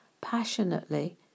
passionately